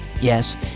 Yes